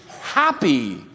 happy